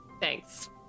thanks